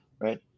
right